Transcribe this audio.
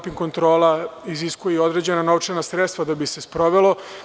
Doping kontrola iziskuje i određena novčana sredstva da bi se sprovela.